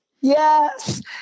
Yes